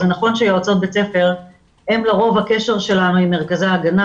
זה נכון שיועצות בית הספר הן לרוב הקשר שלנו עם מרכזי ההגנה,